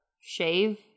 shave